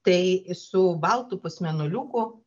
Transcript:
tai su baltu pusmėnuliuku